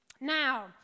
Now